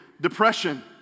depression